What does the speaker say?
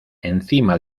encima